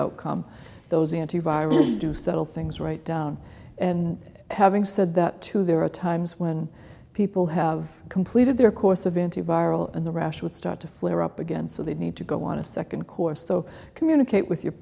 outcome those antivirals do settle things right down and having said that too there are times when people have completed their course of antiviral and the rash would start to flare up again so they need to go on a second course so communicate with your